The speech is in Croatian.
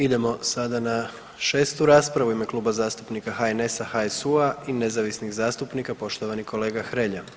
Idemo sada na šestu raspravu u ime Kluba zastupnika HNS-a, HSU-a i nezavisnih zastupnika poštovani kolega Hrelja.